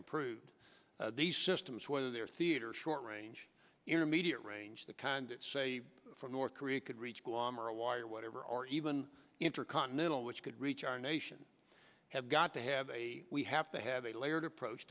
improved these systems whether they are theatre short range intermediate range the kind that say from north korea could reach guam or a wire or whatever or even intercontinental which could reach our nation have got to have a we have to have a layered approach